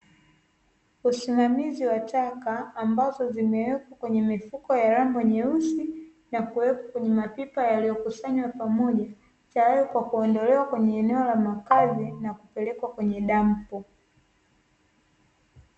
Usimamizi wa taka ambazo zimewekwa kwenye mifuko ya lambo nyeusi na kuwekwa kwenye mapipa yaliyokusanywa pamoja tayari kwa kuondolewa kwenye eneo la makazi na kupekekwa kwenye dampo.